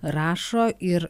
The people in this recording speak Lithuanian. rašo ir